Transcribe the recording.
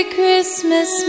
Christmas